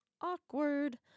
awkward